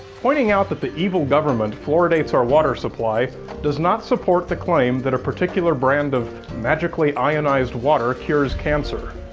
pointing out that the evil government fluoridates our water supply does not support the claim that a particular brand of magically ionized water cures cancer.